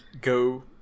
go